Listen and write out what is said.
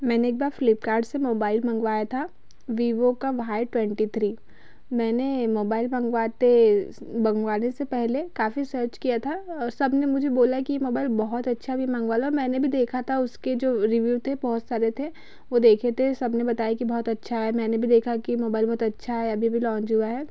मैंने एक बार फ्लिपकार्ट से मोबाईल मंगवाया था बिवो का वाई ट्वेंटी थ्री मैंने मोबाईल मंगवाते मंगवाने से पहले काफ़ी सर्च किया था सब ने मुझे बोला कि ये मोबाईल बहुत अच्छा भी मंगवा लो मैंने भी देखा था उसके जो रिव्यु थे बहुत सारे थे वो देखे थे सब ने बताया कि बहुत अच्छा है मैंने भी देखा कि मोबाईल बहुत अच्छा है अभी अभी लॉन्च हुआ है